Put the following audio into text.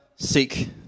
seek